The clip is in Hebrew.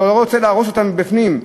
אתה לא רוצה להרוס אותה מבפנים.